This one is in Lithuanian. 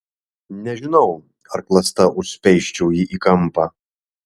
nežinau ar klasta užspeisčiau jį į kampą